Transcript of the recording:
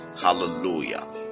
hallelujah